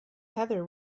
heather